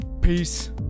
Peace